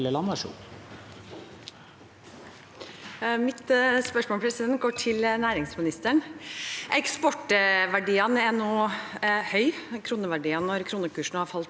Mitt spørs- mål går til næringsministeren. Eksportverdiene er nå høye. Når kroneverdien og